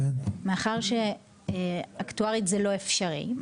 מאחר שאקטוארית זה לא אפשרי.